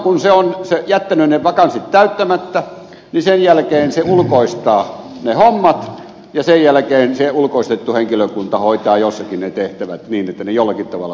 kun se on jättänyt ne vakanssit täyttämättä niin sen jälkeen se ulkoistaa ne hommat ja sen jälkeen se ulkoistettu henkilökunta hoitaa jossakin ne tehtävät niin että ne jollakin tavalla tulevat tehdyiksi